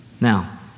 Now